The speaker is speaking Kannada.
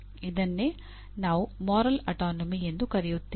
ಅದನ್ನೇ ನಾವು ಮೋರಲ್ ಆಟಾನಮಿ ಎಂದು ಕರೆಯುತ್ತೇವೆ